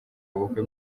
ubukwe